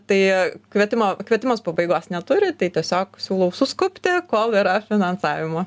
tai kvietimo kvietimas pabaigos neturi tai tiesiog siūlau suskubti kol yra finansavimo